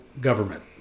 government